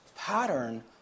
pattern